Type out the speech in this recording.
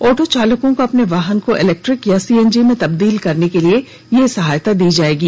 auto चालकों को अपने वाहन को इलेक्ट्रिक या सीएनजी में तब्दील करने के लिए यह सहायता दी जाएगी